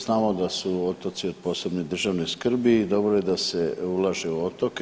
Znamo da su otoci od posebne državne skrbi i dobro je da se ulaže u otoke.